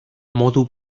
modu